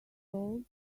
sold